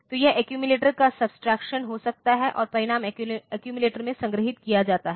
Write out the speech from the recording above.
तो यह एक्यूमिलेटर का सब्ट्रैक्शन हो सकता है और परिणाम एक्यूमिलेटर में संग्रहीत किया जाता है